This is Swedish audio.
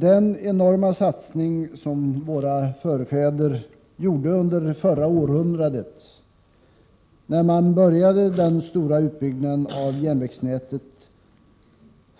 Den enorma satsning som våra förfäder gjorde under förra århundradet, när man började den stora utbyggnaden av järnvägsnätet,